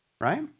right